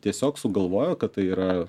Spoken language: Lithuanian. tiesiog sugalvojo kad tai yra